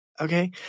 okay